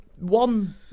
one